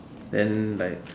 then like